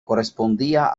correspondía